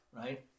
right